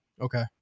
Okay